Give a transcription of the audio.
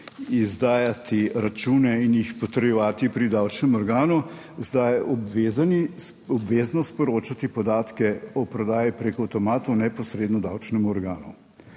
izdajati račune in jih potrjevati pri davčnem organu obvezno sporočati podatke o prodaji preko avtomatov neposredno davčnemu organu.